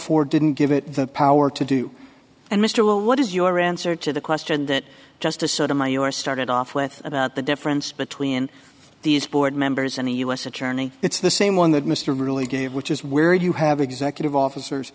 four didn't give it the power to do and mr will what is your answer to the question that just a sort of my us started off with about the difference between these board members and the u s attorney it's the same one that mr really gave which is where you have executive officers